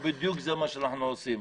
בדיוק זה מה שאנחנו עושים.